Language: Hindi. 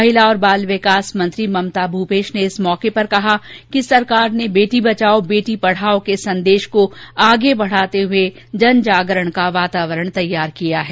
महिला और बाल विकास मंत्री ममता भूपेश ने इस मौके पर कहा कि सरकार ने बेटी बचाओ बेटी पढाओ के संदेश को आगे बढाते हुए जनजागरण का वातावरण तैयार किया है